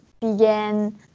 began